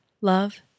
love